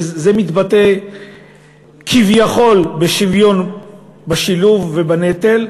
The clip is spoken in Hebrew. זה מתבטא כביכול בשוויון בנטל ובשילוב,